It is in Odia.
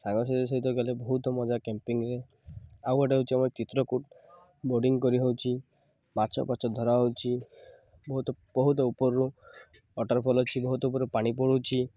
ସାଙ୍ଗ ସହିତ ଗଲେ ବହୁତ ମଜା କ୍ୟାମ୍ପିଙ୍ଗ୍ରେ ଆଉ ଗୋଟେ ହେଉଛି ଆମର ଚିତ୍ରକୁ ବୋଡ଼ିଂ କରି ହେଉଛି ମାଛ ଫାଛ ଧରା ହେଉଛି ବହୁତ ବହୁତ ଉପରରୁ ୱାଟର୍ ଫଲ୍ ଅଛି ବହୁତ ଉପରୁ ପାଣି ପଡ଼ୁଛି